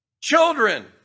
Children